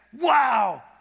wow